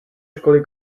školy